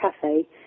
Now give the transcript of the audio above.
cafe